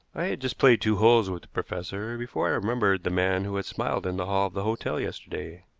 i had just played two holes with the professor before i remembered the man who had smiled in the hall of the hotel yesterday.